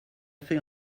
fait